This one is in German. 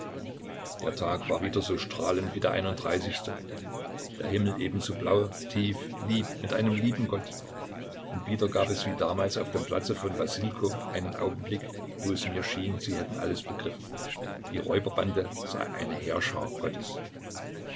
der tag war wieder so strahlend wie der der himmel ebenso blau tief lieb mit einem lieben gott und wieder gab es wie damals auf dem platze von wassilkow einen augenblick wo es mir schien sie hätten alles begriffen die räuberbande sei eine heerschar gottes